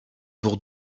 pour